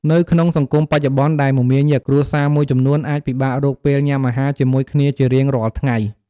នៅក្នុងសង្គមបច្ចុប្បន្នដែលមមាញឹក គ្រួសារមួយចំនួនអាចពិបាករកពេលញ៉ាំអាហារជាមួយគ្នាជារៀងរាល់ថ្ងៃ។